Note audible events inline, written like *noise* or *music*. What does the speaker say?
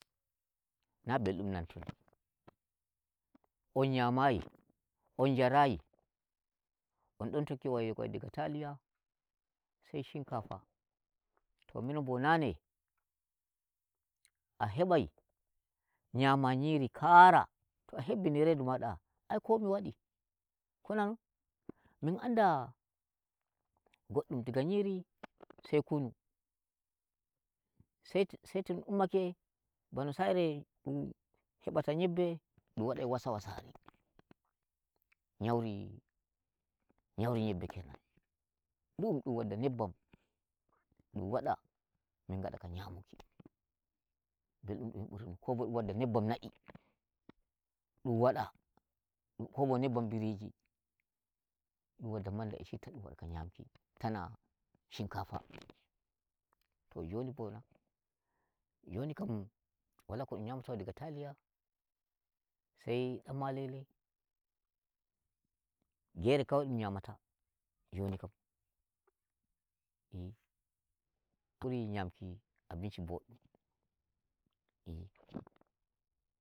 Na mɓeldum nanton, *noise* da on nyamayi on njarayi on don tokki wai wai diga taliya sai shinkafa. To minon bo nane a hebai nyama nyiri kara, to a hebbini redu mada ai komi wadi kk nanon? min anda goddum diga nyiri, *noise* sai kunu, sai to sai to mi ummake bano sa'ire dum heɓata nyeɓɓee kenan dum wadai wasa wasari, *noise* nyauri nyauri nyeɓɓe kenan dum wadda nebbam dum wada min ngada ga nyamuki mɓeldum dum. ko bo dum wadda nebbam na'i, dum wada ko bo nebbam biriji, dum wadda manda e shitta, dum wada ga nyamuki tana shinkafa. *noise* to joni bona? joni kam wala ko dum nyamata diga taliya, sai dan- malele gere kawai dum nyamata joni kam. *hesitation* buri nyamki abinshi boddum. *hesitation*